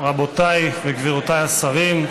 רבותיי וגבירותיי השרים,